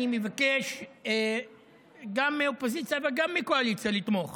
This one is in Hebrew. אני מבקש גם מהאופוזיציה וגם מהקואליציה לתמוך.